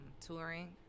touring